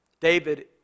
David